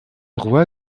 roi